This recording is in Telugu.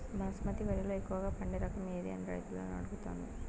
బాస్మతి వరిలో ఎక్కువగా పండే రకం ఏది అని రైతులను అడుగుతాను?